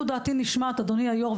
לו דעתי נשמעת אדוני היו״ר,